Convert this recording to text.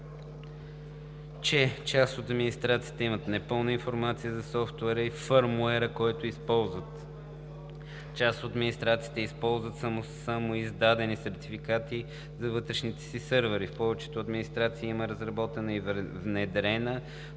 че: част от администрациите имат непълна информация за софтуера и фърмуера, който използват; част от администрациите използват самоиздадени сертификати за вътрешните си сървъри; в повечето администрации има разработена и внедрена,